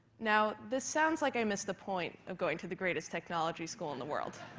now this sounds like i missed the point of going to the greatest technology school in the world.